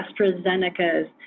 AstraZeneca's